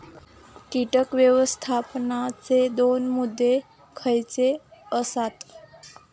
कीटक व्यवस्थापनाचे दोन मुद्दे खयचे आसत?